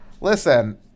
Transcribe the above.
Listen